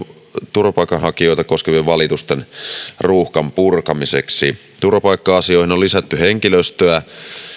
turvapaikanhakijoita koskevien valitusten ruuhkan purkamiseksi turvapaikka asioihin on lisätty henkilöstöä